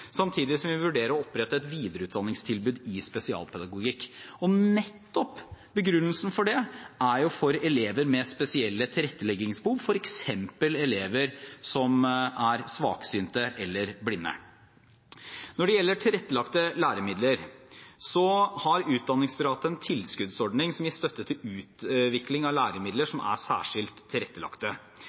samtidig som vi vurderer å opprette et videreutdanningstilbud i spesialpedagogikk. Begrunnelsen for det er nettopp elever med spesielle tilretteleggingsbehov, f.eks. elever som er svaksynte eller blinde. Når det gjelder tilrettelagte læremidler, har Utdanningsdirektoratet en tilskuddsordning som gir støtte til utvikling av læremidler som er særskilt